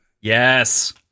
Yes